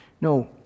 No